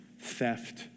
theft